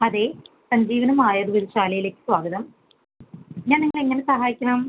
അതെ സഞ്ജീവനം ആയുർവേദ ശാലയിലേക്ക് സ്വാഗതം ഞാൻ നിങ്ങളെ എങ്ങനെ സഹായിക്കണം